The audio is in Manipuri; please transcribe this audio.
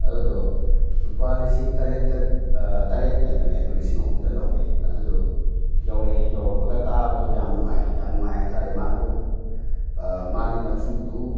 ꯑꯗꯨꯗꯣ ꯂꯨꯄꯥ ꯂꯤꯁꯤꯡ ꯇꯔꯦꯠꯇ ꯇꯔꯦꯠ ꯂꯩꯕꯅꯦ ꯑꯗꯣ ꯂꯤꯁꯤꯡ ꯑꯍꯨꯝꯗ ꯂꯧꯋꯦ ꯑꯗꯨꯗꯣ ꯌꯧꯔꯛꯑꯦ ꯌꯧꯔꯛꯄꯒ ꯇꯥꯕꯗꯣ ꯌꯥꯝ ꯅꯨꯡꯉꯥꯏ ꯌꯥꯝ ꯅꯨꯡꯉꯥꯏ ꯍꯥꯏ ꯇꯥꯔꯦ ꯃꯥꯗꯣ ꯃꯥꯒꯤ ꯃꯆꯨꯗꯨ